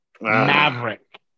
Maverick